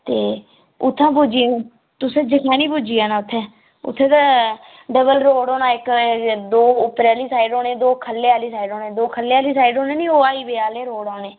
ते उत्थें पुज्जी जाना तुसें जखैनी पुज्जी जाना उत्थें ते डबल रोड होना इक दो उप्पर आह्ली साइड होने दो ख'ल्ले आह्ली साइड होने दो ख'ल्ले आह्ली साइड होने नी ओह् हाईवे आह्ले रोड होने